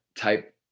type